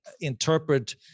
interpret